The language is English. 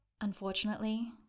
Unfortunately